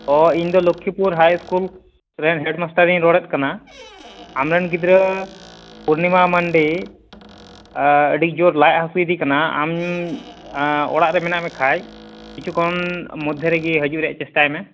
ᱚ ᱤᱧ ᱫᱚ ᱞᱚᱠᱠᱷᱤᱯᱩᱨ ᱦᱟᱭ ᱤᱥᱠᱩᱞ ᱨᱮᱱ ᱦᱮᱹᱰᱢᱟᱥᱴᱟᱨᱤᱧ ᱨᱚᱲᱮᱫ ᱠᱟᱱᱟ ᱟᱢ ᱨᱮᱱ ᱜᱤᱫᱽᱨᱟᱹ ᱯᱩᱨᱱᱤᱢᱟ ᱢᱟᱱᱰᱤ ᱟᱹᱰᱤ ᱡᱳᱨ ᱞᱟᱡ ᱦᱟᱹᱥᱩᱭᱮᱫᱮ ᱠᱟᱱᱟ ᱟᱢ ᱚᱲᱟᱜ ᱨᱮ ᱢᱮᱱᱟᱜ ᱢᱮᱠᱷᱟᱱ ᱠᱤᱪᱷᱩᱠᱠᱷᱚᱱ ᱢᱚᱫᱽᱫᱷᱮ ᱨᱮᱜᱮ ᱦᱤᱡᱩᱜ ᱨᱮᱱᱟᱜ ᱪᱮᱥᱴᱟᱭ ᱢᱮ